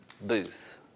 Booth